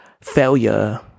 failure